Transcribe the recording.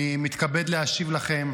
אני מתכבד להשיב לכם,